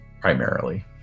Primarily